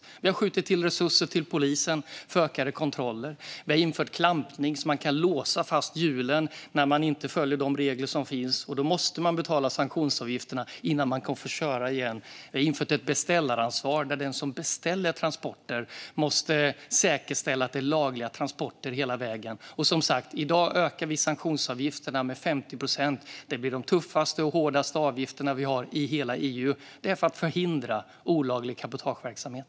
Vi har skjutit till resurser till polisen för ökade kontroller. Vi har infört klampning så att man kan låsa fast hjulen på lastbilarna när reglerna inte följs. Då måste de betala sanktionsavgifterna innan de kan få köra igen. Vi har infört ett beställaransvar där den som beställer transporter måste säkerställa att det är lagliga transporter hela vägen. I dag ökar vi sanktionsavgifterna med 50 procent. Det blir de tuffaste reglerna och de högsta avgifterna i hela EU. Det är för att förhindra olaglig cabotageverksamhet.